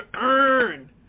earn